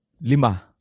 Lima